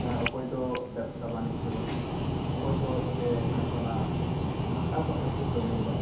ᱚᱠᱚᱭᱫᱚ ᱵᱮᱵᱽᱥᱟ ᱵᱟᱱᱤᱡᱽᱡᱚ ᱚᱠᱚᱭᱫᱚ ᱥᱮ ᱚᱱᱠᱟᱱᱟᱜ ᱵᱷᱟᱴᱟ ᱠᱚᱨᱮᱦᱚᱸ ᱠᱚ ᱠᱟᱹᱢᱤᱭᱮᱫᱟ